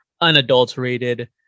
unadulterated